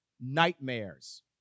nightmares